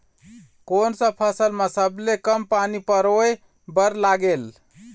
कोन सा फसल मा सबले कम पानी परोए बर लगेल?